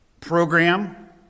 program